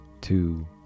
two